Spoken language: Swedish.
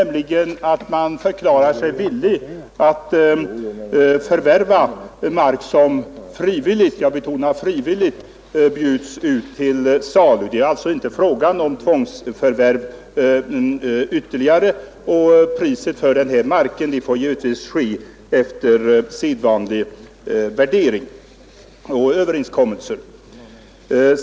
Man förklarar sig alltså villig att förvärva mark som frivilligt bjuds ut till försäljning. Det är inte fråga om tvångsförvärv. Priset på denna mark får givetvis sättas efter sedvanlig värdering och överenskommelse.